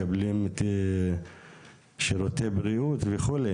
מקבלים שירותי בריאות וכו'